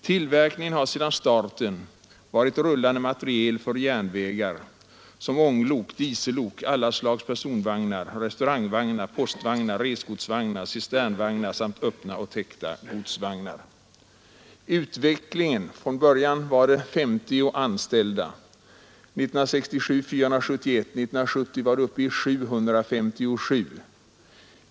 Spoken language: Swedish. Tillverkningen har sedan starten omfattat rullande materiel för järnvägar såsom ånglok, diesellok, alla slags personvagnar, restaurangvagnar, postvagnar, resgodsvagnar, cisternvagnar samt öppna och täckta godsvagnar. Beträffande utvecklingen vid företaget kan nämnas att det från början var 50 anställda. År 1967 var antalet anställda 471, och 1970 var det uppe i 757.